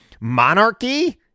monarchy